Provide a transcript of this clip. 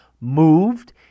moved